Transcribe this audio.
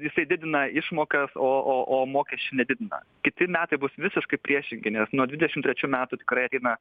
jisai didina išmokas o o o mokesčių nedidina kiti metai bus visiškai priešingi nes nuo dvidešim trečių metų tikrai ateina